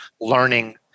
learning